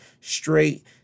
straight